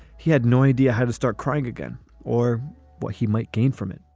he had no idea how to start crying again or what he might gain from it